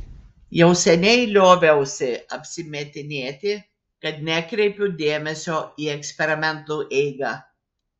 jau seniai lioviausi apsimetinėti kad nekreipiu dėmesio į eksperimentų eigą